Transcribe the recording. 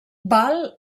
ball